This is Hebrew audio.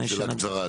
תיקון מספר 10,